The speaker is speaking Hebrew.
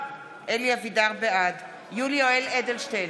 בעד יולי יואל אדלשטיין,